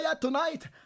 tonight